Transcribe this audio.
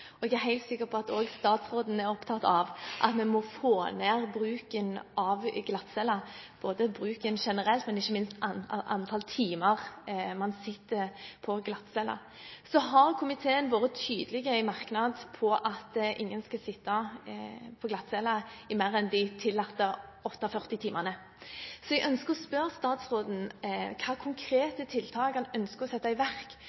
både bruken generelt, og ikke minst antall timer man sitter på glattcelle. Komiteen har i merknaden vært tydelig på at ingen skal sitte på glattcelle i mer enn de tillatte 48 timer. Jeg ønsker derfor å spørre statsråden hvilke konkrete tiltak han ønsker å sette i verk